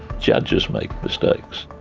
judges make mistakes.